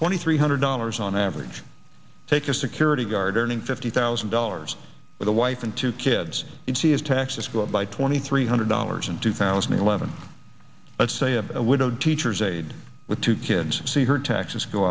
twenty three hundred dollars on average take a security guard earning fifty thousand dollars with a wife and two kids and see his taxes go up by twenty three hundred dollars in two thousand and eleven let's say a widowed teacher's aide with two kids see her taxes go